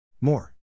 More